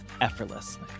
effortlessly